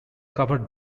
covered